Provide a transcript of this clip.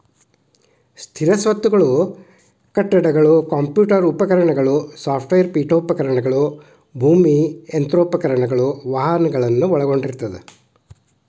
ಸ್ಥಿರ ಸ್ವತ್ತುಗಳು ಕಟ್ಟಡಗಳು ಕಂಪ್ಯೂಟರ್ ಉಪಕರಣಗಳು ಸಾಫ್ಟ್ವೇರ್ ಪೇಠೋಪಕರಣಗಳು ಭೂಮಿ ಯಂತ್ರೋಪಕರಣಗಳು ವಾಹನಗಳನ್ನ ಒಳಗೊಂಡಿರ್ತದ